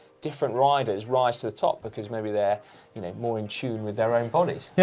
different riders rise to the top, because maybe they're you know more in tune with their own bodies. yeah